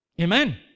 Amen